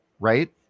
right